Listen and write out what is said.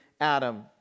Adam